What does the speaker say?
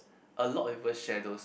a lot people share those